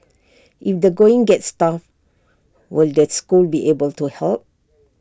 if the going gets tough will the school be able to help